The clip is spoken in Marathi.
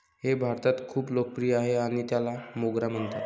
हे भारतात खूप लोकप्रिय आहे आणि त्याला मोगरा म्हणतात